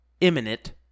imminent